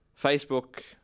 Facebook